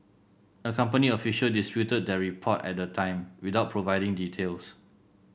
a company official disputed that report at the time without providing details